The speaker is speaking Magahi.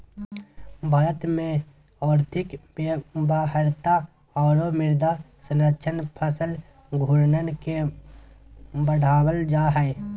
भारत में और्थिक व्यवहार्यता औरो मृदा संरक्षण फसल घूर्णन के बढ़ाबल जा हइ